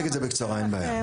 אני אציג את זה בקצרה, אין בעיה.